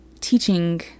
teaching